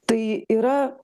tai yra